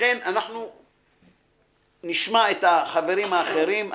לכן נשמע את החברים האחרים.